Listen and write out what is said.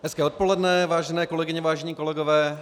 Hezké odpoledne, vážené kolegyně, vážení kolegové.